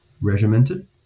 regimented